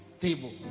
table